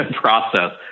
process